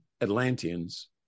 atlanteans